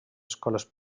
escoles